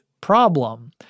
problem